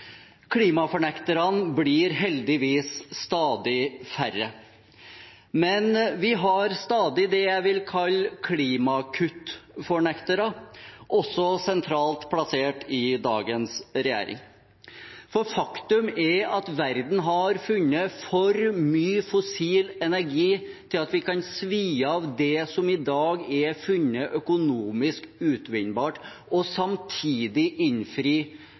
Klimafornekterne blir heldigvis stadig færre, men vi har stadig det jeg vil kalle klimakuttfornektere, også sentralt plassert i dagens regjering. Faktum er at verden har funnet for mye fossil energi til at vi kan svi av det som i dag er funnet økonomisk utvinnbart, og samtidig innfri